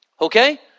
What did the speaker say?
Okay